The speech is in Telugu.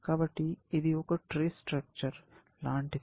కాబట్టి ఇది ఒక ట్రీ స్ట్రక్చర్ లాంటిది